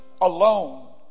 alone